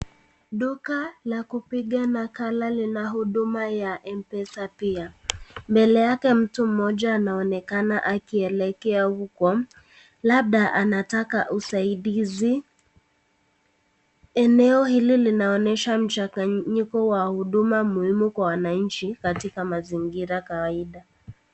Duka la kupiga nakala lina huduma ya M-pesa pia. Mbele yaka mtu moja naonekana akielekea huko. Labda anataka usaidizi. Eneo hili linaonesha mchaganyiko wa huduma muhimu kwa wananchi katika mazingira kawaida.